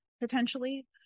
potentially